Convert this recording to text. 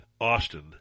Austin